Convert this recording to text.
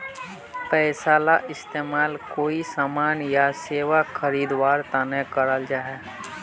पैसाला इस्तेमाल कोए सामान या सेवा खरीद वार तने कराल जहा